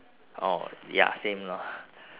oh ya same lor